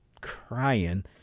crying